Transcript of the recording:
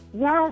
yes